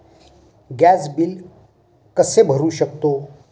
Gas bill कसे भरू शकतो?